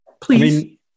Please